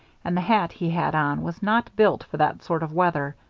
and the hat he had on was not built for that sort of weather.